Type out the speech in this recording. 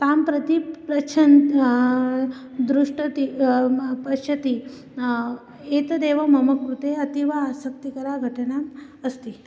तां प्रति पृच्छन् दृष्यति पश्यति एतदेव मम कृते अतीव आसक्तिकरा घटना अस्ति